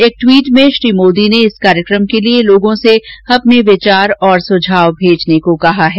एक ट्वीट में श्री मोदी ने इस कार्यक्रम के लिए लोगों से अपने विचार और सुझाव भेजने को कहा है